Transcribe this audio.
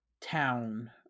town